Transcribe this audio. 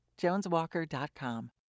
JonesWalker.com